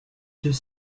deux